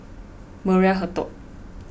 Maria Hertogh